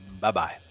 Bye-bye